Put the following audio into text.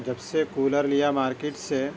جب سے کولر لیا مارکیٹ سے